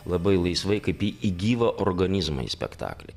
labai laisvai kaip į į gyvą organizmą į spektaklį